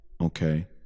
okay